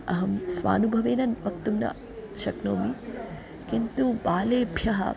अहं स्वानुभवेन न वक्तुं न शक्नोमि किन्तु बालेभ्यः